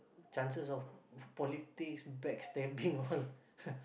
chances of politics backstabbing all